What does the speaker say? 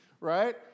right